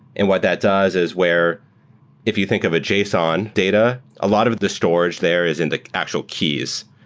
and what that does is where if you think of a json data, a lot of the storage there is in the actual keys.